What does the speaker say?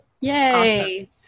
Yay